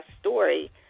story